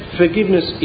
forgiveness